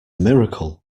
miracle